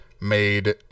made